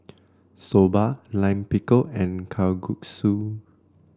Soba Lime Pickle and Kalguksu